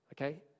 okay